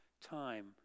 time